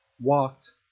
walked